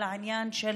אלא עניין של